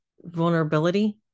vulnerability